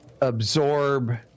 absorb